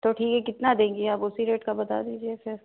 तो ठीक है कितना देंगी आप उसी रेट का बता दीजिये फिर